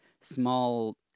small